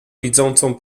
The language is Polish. widzącą